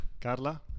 Carla